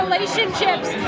Relationships